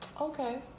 Okay